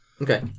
Okay